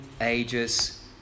ages